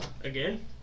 Again